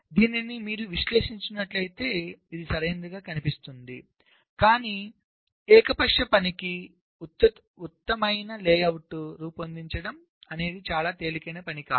కాబట్టి మీరు దీన్ని విశ్లేషించినట్లయితే ఇది సరైనదిగా కనిపిస్తుంది కానీ ఏకపక్ష పని ఉత్తమమైన లేఅవుట్ను రూపొందించడం అనేది అంత తేలికైన పని కాదు